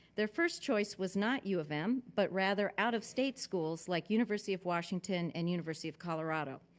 their first choice was not ufm but rather out-of-states schools like university of washington and university of colorado.